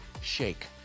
shake